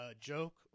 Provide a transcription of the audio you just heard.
joke